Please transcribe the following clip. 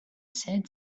said